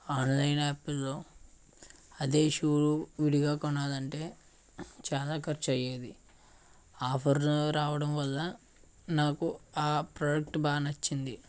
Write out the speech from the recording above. online యాప్లో అదే షూలు విడిగా కొనాలి అంటే చాలా ఖర్చు అయ్యేది ఆఫర్లు రావడం వల్ల నాకు ఆ ప్రోడక్ట్ బాగా నచ్చింది